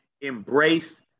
embrace